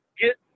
get